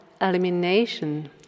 elimination